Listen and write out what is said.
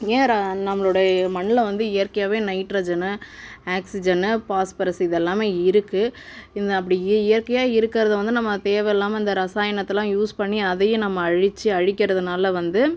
ஏன் ர நம்மளோடய மண்ணில் வந்து இயற்கையாகவே நைட்ரஜனு ஆக்சிஜனு பாஸ்பரஸ் இது எல்லாமே இருக்குது இன் அப்படி இ இயற்கையாக இருக்கிறதை வந்து நம்ம தேவையில்லாம இந்த இரசாயனத்தலாம் யூஸ் பண்ணி அதையும் நம்ம அழிச்சு அழிக்கிறதுனாலே வந்து